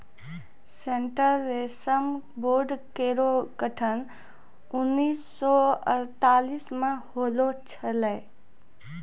central रेशम board केरो गठन उन्नीस सौ अड़तालीस म होलो छलै